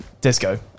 disco